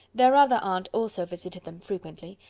their other aunt also visited them frequently,